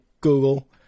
Google